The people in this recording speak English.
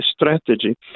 strategy